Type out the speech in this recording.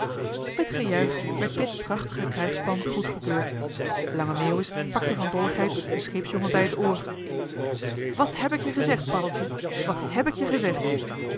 gejuich werd dit prachtige krijgsplan goedgekeurd lange meeuwis pakte van dolligheid den scheepsjongen bij het oor joh h been paddeltje de scheepsjongen van michiel de ruijter wat heb ik je gezegd paddeltje wat heb ik je gezegd